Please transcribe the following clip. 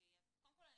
קודם כל,